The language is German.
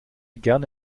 gerne